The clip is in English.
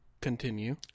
Continue